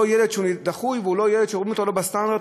ילד דחוי והוא לא ילד שרואים אותו לא בסטנדרט,